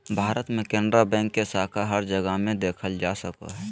भारत मे केनरा बैंक के शाखा हर जगह मे देखल जा सको हय